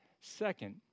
Second